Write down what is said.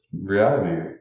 reality